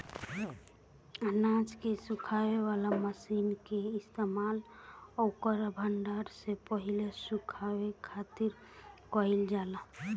अनाज के सुखावे वाला मशीन के इस्तेमाल ओकर भण्डारण से पहिले सुखावे खातिर कईल जाला